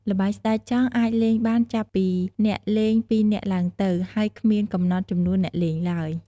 ល្បែងស្តេចចង់អាចលេងបានចាប់ពីអ្នកលេងពីរនាក់ឡើងទៅ ហើយគ្មានកំណត់ចំនួនអ្នកលេងឡើយ។